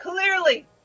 Clearly